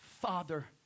father